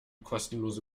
kostenlose